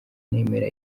nemera